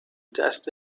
دست